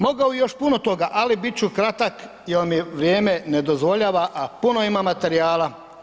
Mogao bi još puno toga, ali bit ću kratak jer mi vrijeme ne dozvoljava, a puno ima materijala.